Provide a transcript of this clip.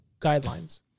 guidelines